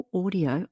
audio